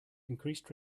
increased